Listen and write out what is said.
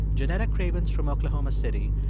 jeanetta cravens from oklahoma city,